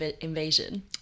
invasion